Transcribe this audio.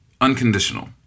unconditional